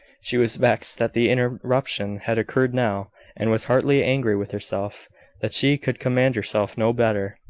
she was vexed that the interruption had occurred now and was heartily angry with herself that she could command herself no better,